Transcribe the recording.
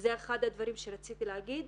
זה אחד הדברים שרציתי להגיד.